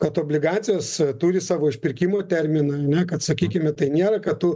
kad obligacijos turi savo išpirkimo terminą ane kad sakykime tai nėra kad tu